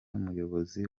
muyobozi